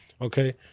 Okay